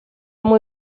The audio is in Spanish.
muy